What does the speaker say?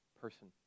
person